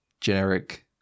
generic